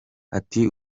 ati